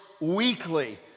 weekly